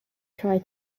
try